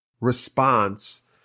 response